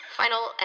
final